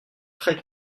très